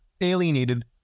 alienated